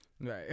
right